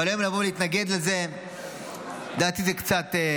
אבל לבוא היום להתנגד לזה זה לדעתי קצת,